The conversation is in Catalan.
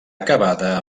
acabada